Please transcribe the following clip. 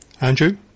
Andrew